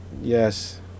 Yes